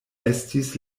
estis